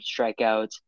strikeouts